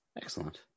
Excellent